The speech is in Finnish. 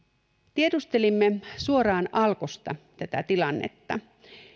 tiedustelimme suoraan alkosta tätä tilannetta